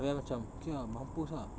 then I macam okay ah mampus ah